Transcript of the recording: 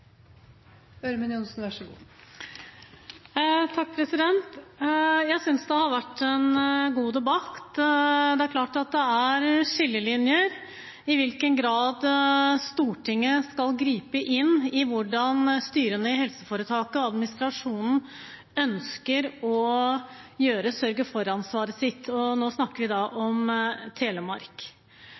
det er skillelinjer når det gjelder i hvilken grad Stortinget skal gripe inn i hvordan styrene i helseforetaket og administrasjonen ønsker å ta sørge-for-ansvaret sitt, og nå snakker vi da om Telemark.